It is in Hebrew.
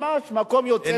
ממש מקום יוצא דופן.